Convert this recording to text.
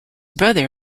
brother